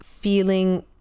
feeling